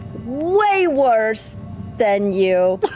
way worse than you.